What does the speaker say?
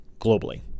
globally